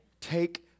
take